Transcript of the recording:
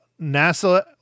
nasa